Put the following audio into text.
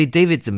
David